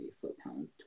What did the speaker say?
foot-pounds